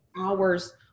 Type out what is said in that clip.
hours